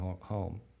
home